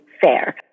fair